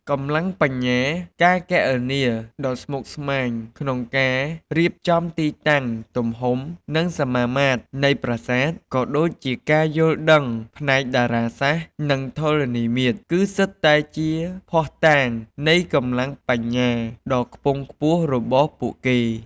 កម្លាំងបញ្ញា ការគណនាដ៏ស្មុគស្មាញក្នុងការរៀបចំទីតាំង ទំហំ និងសមាមាត្រនៃប្រាសាទ ក៏ដូចជាការយល់ដឹងផ្នែកតារាសាស្ត្រ និងធរណីមាត្រ គឺសុទ្ធតែជាភស្តុតាងនៃកម្លាំងបញ្ញាដ៏ខ្ពង់ខ្ពស់របស់ពួកគេ។